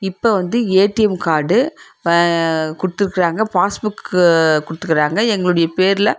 இப்போ வந்து ATM card இப்போ கொடுத்துருக்காங்க பாஸ்புக்கு கொடுத்துக்குறாங்க எங்களுடைய பேரில்